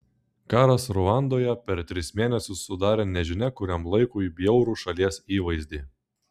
karas ruandoje per tris mėnesius sudarė nežinia kuriam laikui bjaurų šalies įvaizdį